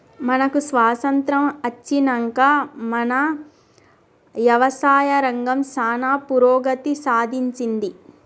మనకు స్వాతంత్య్రం అచ్చినంక మన యవసాయ రంగం సానా పురోగతి సాధించింది